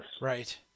Right